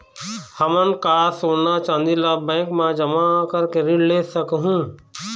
हमन का सोना चांदी ला बैंक मा जमा करके ऋण ले सकहूं?